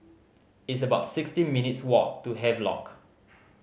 it's about sixteen minutes' walk to Havelock